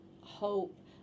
hope